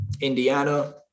Indiana